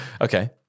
Okay